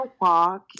walk